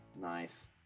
nice